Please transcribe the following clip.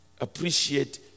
appreciate